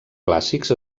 clàssics